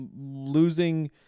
losing